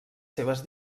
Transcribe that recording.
seves